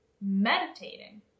meditating